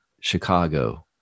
Chicago